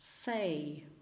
say